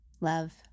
love